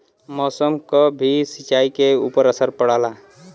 मौसम क भी सिंचाई के ऊपर असर पड़ला